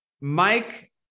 mike